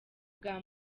bwa